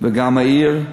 וגם העיר מושפלת,